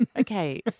Okay